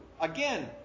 Again